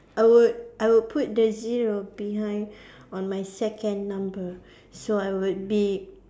I would I would put the zero behind on my second number so I would be